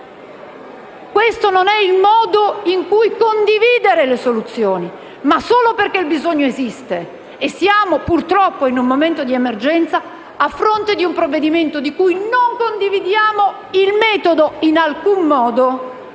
questo non è il modo in cui condividere le soluzioni. Tuttavia, solo perché il bisogno esiste e perché siamo purtroppo in un momento di emergenza, a fronte di un provvedimento di cui non condividiamo il metodo in alcun modo,